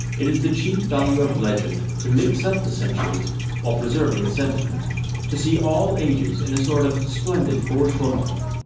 it is the chief value of legend to mix up the centuries while preserving the sentiment to see all ages in a sort of splendid foreshortening.